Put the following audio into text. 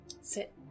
Sit